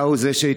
אתה הוא שהתייצב.